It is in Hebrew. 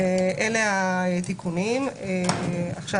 אני אסביר את